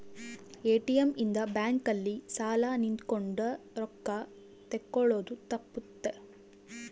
ATM ಇಂದ bank ಅಲ್ಲಿ ಸಾಲ್ ನಿಂತ್ಕೊಂಡ್ ರೊಕ್ಕ ತೆಕ್ಕೊಳೊದು ತಪ್ಪುತ್ತ